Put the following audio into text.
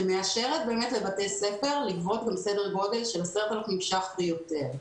שמאשרת לבתי ספר לגבות סדר גודל של 10,000 ש"ח ויותר.